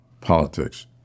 politics